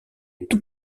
tout